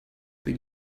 that